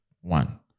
One